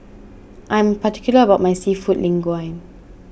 I am particular about my Seafood Linguine